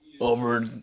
over